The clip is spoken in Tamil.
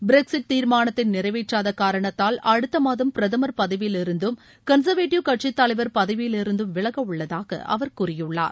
பிரக்சிஸ்ட் தீர்மானத்தை நிறைவேற்றாத காரணத்தால் அடுத்த மாதம் பிரதமர் பதவியிலிருந்தும் கன்சர்வேட்டிவ் கட்சி தலைவர் பதவியிலிருந்தும் விலக உள்ளதாக அவர் கூறியுள்ளார்